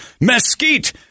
mesquite